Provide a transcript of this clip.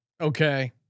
Okay